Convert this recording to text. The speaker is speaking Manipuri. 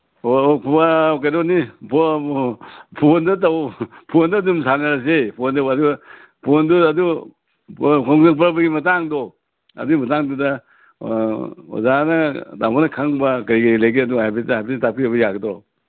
ꯑꯣ ꯀꯩꯅꯣꯅꯤ ꯐꯣꯟꯗ ꯇꯧ ꯐꯣꯟꯗ ꯑꯗꯨꯝ ꯁꯥꯅꯔꯁꯦ ꯐꯣꯟꯗ ꯐꯣꯟꯗꯨ ꯑꯗꯨ ꯈꯣꯡꯖꯣꯝ ꯄꯔꯚꯒꯤ ꯃꯇꯥꯡꯗꯣ ꯑꯗꯨꯏ ꯃꯇꯥꯡꯗꯨꯗ ꯑꯣꯖꯥꯅ ꯇꯥꯃꯣꯅ ꯈꯪꯕ ꯀꯩꯀꯩ ꯂꯩꯒꯦꯗꯨ ꯍꯥꯏꯐꯦꯠꯇ ꯍꯥꯏꯐꯦꯠꯇ ꯇꯥꯛꯄꯤꯔꯛꯄ ꯌꯥꯒꯗ꯭ꯔꯣ